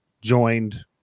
joined